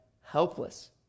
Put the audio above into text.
helpless